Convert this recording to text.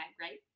right